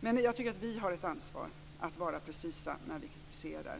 Men jag anser att vi har ett ansvar att vara precisa när vi kritiserar.